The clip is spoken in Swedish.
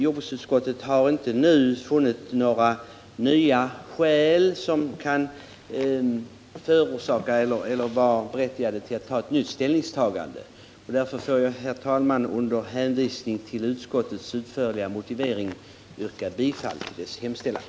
Jordbruksutskottet har inte funnit att några nya omständigheter har framkommit som kan berättiga till ett nytt ställningstagande. Jag yrkar därför, herr talman, med hänvisning till utskottets utförliga motivering, bifall till dess hemställan.